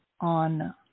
on